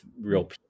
real